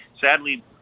sadly